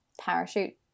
parachute